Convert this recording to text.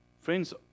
Friends